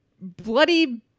bloody